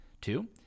Two